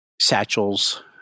Satchel's